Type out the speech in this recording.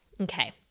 Okay